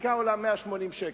הבדיקה עולה 180 שקל.